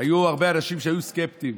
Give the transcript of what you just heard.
היו הרבה אנשים שהיו סקפטיים,